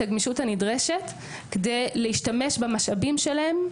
הגמישות הנדרשת כדי להשתמש במשאבים שלהם,